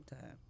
time